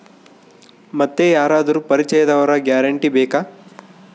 ಮತ್ತೆ ಯಾರಾದರೂ ಪರಿಚಯದವರ ಗ್ಯಾರಂಟಿ ಬೇಕಾ?